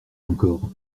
encore